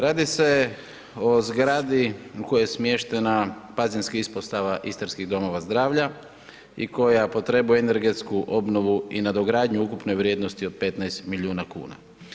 Radi se o zgradi u kojoj je smještena pazinska ispostava istarskih domova zdravlja i koja potrebuje energetsku obnovu i nadogradnju ukupne vrijednosti od 15 milijuna kuna.